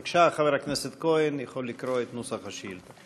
בבקשה, חבר הכנסת כהן יכול לקרוא את נוסח השאילתה.